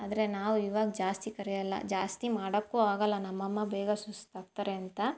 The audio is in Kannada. ಆದರೆ ನಾವು ಇವಾಗ ಜಾಸ್ತಿ ಕರೆಯಲ್ಲ ಜಾಸ್ತಿ ಮಾಡೋಕ್ಕೂ ಆಗೋಲ್ಲ ನಮ್ಮ ಅಮ್ಮ ಬೇಗ ಸುಸ್ತಾಗ್ತಾರೆ ಅಂತ